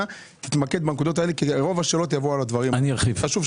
תתמקד בנקודות האלה כי רוב השאלות יהיו על הדברים האלה.